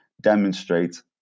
demonstrate